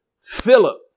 Philip